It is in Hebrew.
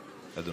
אדוני.